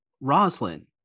Roslyn